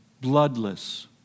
bloodless